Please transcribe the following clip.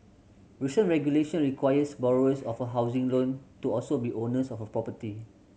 recent regulation requires borrowers of a housing loan to also be owners of a property